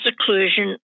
seclusion